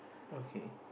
okay